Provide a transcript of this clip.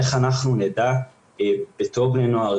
איך אנחנו נדע בתור בני נוער,